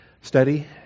study